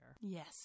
Yes